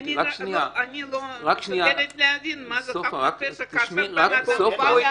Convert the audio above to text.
אני מבקשת להבין מה זה כאשר בן אדם בא להרוג.